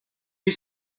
you